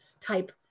type